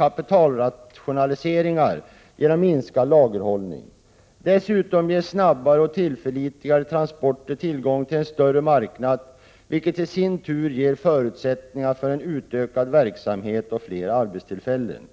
kapitalrationaliseringar genom minskad lagerhållning. Dessutom ger snabbare och tillförlitligare transporter tillgång till en större marknad, vilket i sin tur ger förutsättningar för en utökad verksamhet och fler arbetstillfällen.